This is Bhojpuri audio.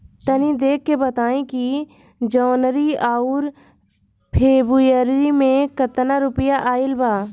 तनी देख के बताई कि जौनरी आउर फेबुयारी में कातना रुपिया आएल बा?